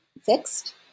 fixed